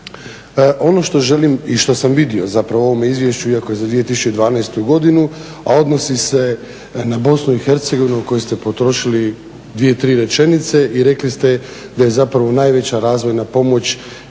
Ono što želim i što sam vidio zapravo u ovom izvješću iako je za 2012.godinu a odnosi se na BIH na koju ste potrošili dvije, tri rečenice i rekli ste da je najveća razvojna pomoć